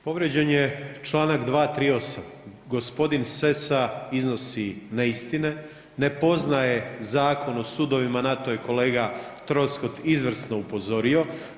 Povrijeđen je Članak 238. gospodin Sessa iznosi neistine, ne poznaje Zakon o sudovima, na to je kolega Troskot izvrsno upozorio.